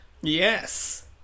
Yes